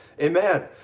Amen